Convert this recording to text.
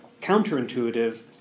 counterintuitive